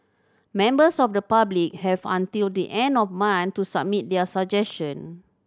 members of the public have until the end of month to submit their suggestion